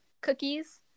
cookies